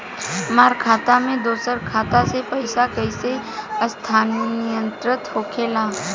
हमार खाता में दूसर खाता से पइसा कइसे स्थानांतरित होखे ला?